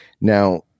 Now